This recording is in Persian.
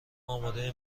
اماده